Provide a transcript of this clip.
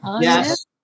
Yes